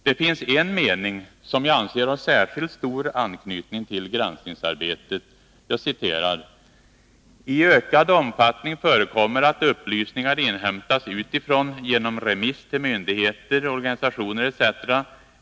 Det finns en mening som jag anser har särskilt stor anknytning till granskningsarbetet: ”I ökad omfattning förekommer att upplysningar inhämtas utifrån genom remiss till myndigheter, organisationer etc.